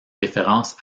références